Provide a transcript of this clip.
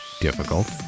difficult